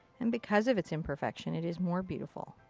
and because of its imperfection it is more beautiful.